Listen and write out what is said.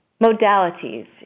modalities